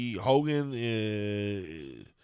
Hogan